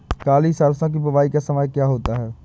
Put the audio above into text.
काली सरसो की बुवाई का समय क्या होता है?